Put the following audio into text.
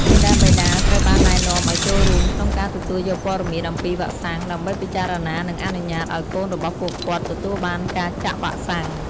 មាតាបិតាត្រូវបានណែនាំឲ្យចូលរួមក្នុងការទទួលយកព័ត៌មានអំពីវ៉ាក់សាំង ដើម្បីពិចារណា និងអនុញ្ញាតឲ្យកូនរបស់ពួកគាត់ទទួលបានការជាក់វ៉ាក់សាំង។